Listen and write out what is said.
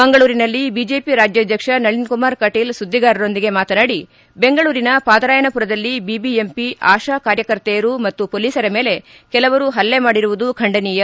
ಮಂಗಳೂರಿನಲ್ಲಿ ಬಿಜೆಪಿ ರಾಜ್ಯಾಧ್ವಕ್ಷ ನಳೀನ್ ಕುಮಾರ್ ಕಟೀಲ್ ಸುಧಿಗಾರರೊಂದಿಗೆ ಮಾತನಾಡಿ ಬೆಂಗಳೂರಿನ ಪಾದರಾಯನಪುರದಲ್ಲಿ ಬಿಬಿಎಂಪಿ ಆಶಾ ಕಾರ್ಯಕರ್ತೆಯರು ಮತ್ತು ಪೊಲೀಸರ ಮೇಲೆ ಕೆಲವರು ಪಲ್ಲೆ ಮಾಡಿರುವುದು ಖಂಡನೀಯ